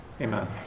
Amen